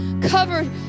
covered